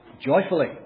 joyfully